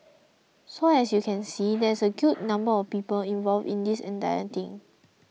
so as you can see there are a good number of people involved in this entire thing